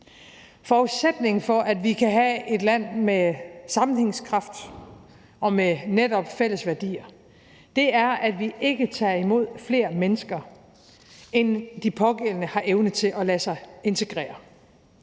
Forudsætningen for, at vi kan have et land med sammenhængskraft og dermed netop fælles værdier, er, at vi ikke tager imod flere mennesker, end at de pågældende evner at lade sig integrere.